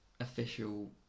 official